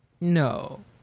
no